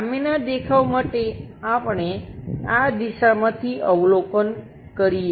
સામેનાં દેખાવ માટે આપણે આ દિશામાંથી અવલોકન કરીએ છીએ